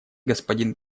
господин